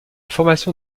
formation